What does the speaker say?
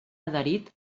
adherit